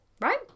right